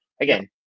again